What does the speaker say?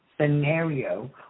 scenario